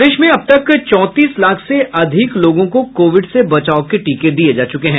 प्रदेश में अब तक चौंतीस लाख से अधिक लोगों को कोविड से बचाव के टीके दिये जा चुके हैं